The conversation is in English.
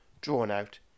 drawn-out